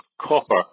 copper